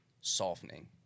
softening